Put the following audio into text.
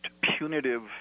punitive